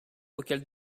auxquels